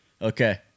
Okay